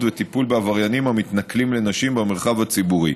ואת הטיפול בעבריינים המתנכלים לנשים במרחב הציבורי.